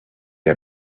had